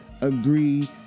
agree